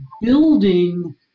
building